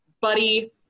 buddy